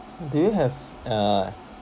do you have uh